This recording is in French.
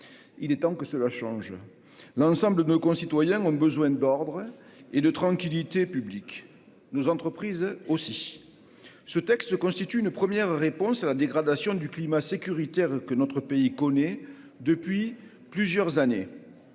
il est temps que cela change l'ensemble de nos concitoyens ont besoin d'ordre et de tranquillité publique, nos entreprises aussi ce texte constitue une première réponse à la dégradation du climat sécuritaire que notre pays connaît depuis plusieurs années,